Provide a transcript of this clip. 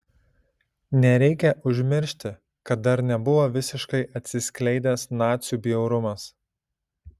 nereikia užmiršti kad dar nebuvo visiškai atsiskleidęs nacių bjaurumas